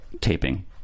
taping